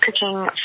cooking